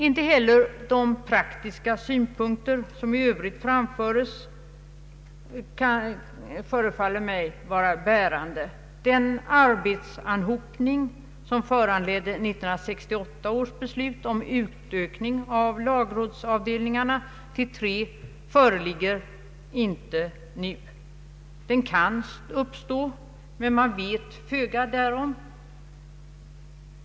Inte heller de praktiska synpunkter, som i övrigt framföres, förefaller mig vara bärande. Den arbetsanhopning, som föranledde 1968 års beslut om utökning av antalet lagrådsavdelningar till tre, föreligger inte nu. Den kan uppstå, men vi vet föga därom.